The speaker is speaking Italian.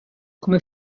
come